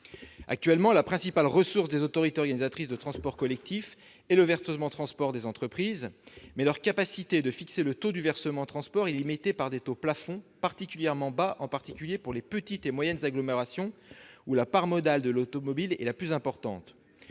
Actuellement, la principale ressource des autorités organisatrices de transport collectif est le versement transport des entreprises, mais leur capacité d'en fixer le taux est limitée par des taux plafonds particulièrement bas, en particulier pour les petites et moyennes agglomérations, où la part modale de l'automobile est la plus importante.